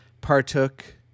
partook